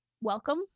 welcome